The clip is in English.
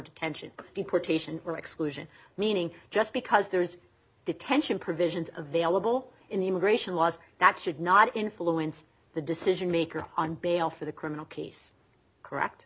detention deportation or exclusion meaning just because there is detention provisions available in the immigration laws that should not influence the decision maker on bail for the criminal case c